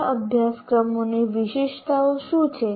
સારા અભ્યાસક્રમોની વિશેષતાઓ શું છે